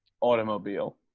automobile